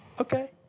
Okay